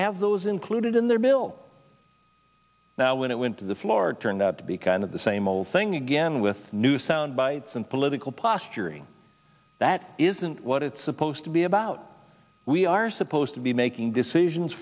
have those included in their bill now when it went to the floor turned out to be kind of the same old thing again with new soundbites and political posturing that isn't what it's supposed to be about we are supposed to be making decisions